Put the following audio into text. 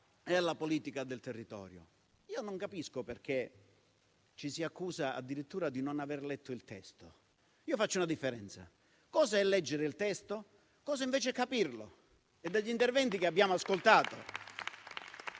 e alla politica del territorio. Io non capisco perché ci si accusi addirittura di non aver letto il testo. Io faccio una differenza tra cosa è leggere il testo e cosa, invece, è capirlo. Dagli interventi che abbiamo ascoltato